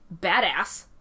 badass